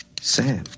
Sam